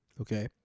Okay